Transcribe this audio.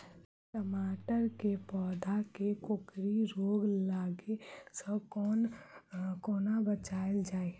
टमाटर केँ पौधा केँ कोकरी रोग लागै सऽ कोना बचाएल जाएँ?